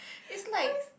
it's like